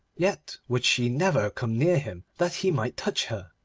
yet would she never come near him that he might touch her.